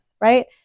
Right